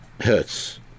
hertz